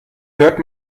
hört